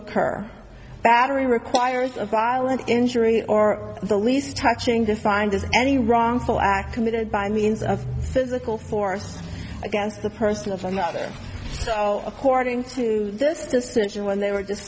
occur battery requires a violent injury or the least touching defined as any wrongful act committed by means of physical force against the person of another so according to this distinction when they were